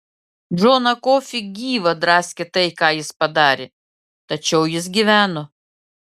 džoną kofį gyvą draskė tai ką jis padarė tačiau jis gyveno